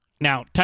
Now